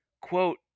quote